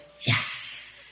yes